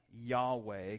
Yahweh